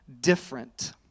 different